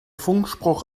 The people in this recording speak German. funkspruch